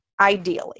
ideally